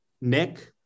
Nick